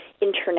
internet